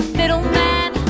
middleman